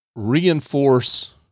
reinforce